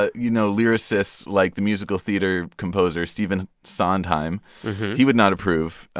ah you know, lyricists, like the musical theater composer stephen sondheim he would not approve.